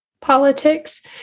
politics